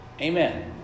Amen